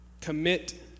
commit